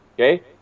Okay